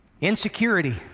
insecurity